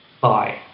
Bye